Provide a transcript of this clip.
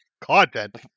Content